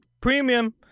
premium